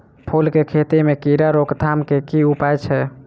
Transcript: फूल केँ खेती मे कीड़ा रोकथाम केँ की उपाय छै?